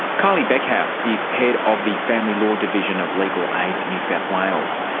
kylie beckhouse is head of the family law division of legal aid new south wales.